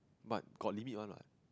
but got limit one lah